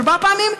ארבע פעמים,